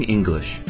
English